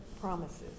promises